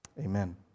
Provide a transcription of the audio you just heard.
Amen